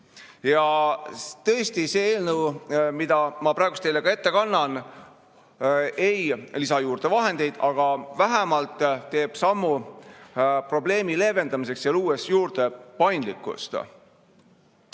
Tõesti, see eelnõu, mida ma praegu teile ette kannan, ei lisa juurde vahendeid, aga vähemalt teeb sammu probleemi leevendamiseks, luues juurde paindlikkust.